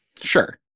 Sure